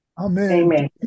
Amen